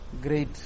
great